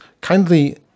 kindly